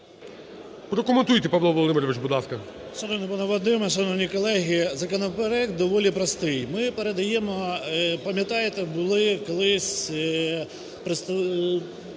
Прокоментуйте, Павло Володимирович будь ласка.